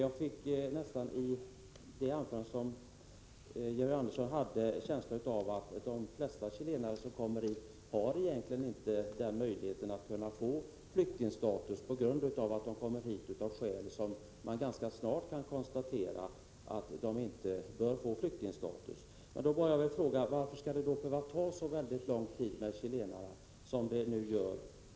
Av det anförande som Georg Andersson höll fick jag nästan känslan att de flesta chilenare som kommer hit egentligen inte har möjlighet att få flyktingstatus på grund av att de kommer hit av skäl som man ganska snart kan konstatera leder till att de inte bör få flyktingstatus. Då frågar jag: Varför skall det då behöva ta så lång tid att behandla ärendena för chilenarna som det nu gör?